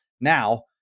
now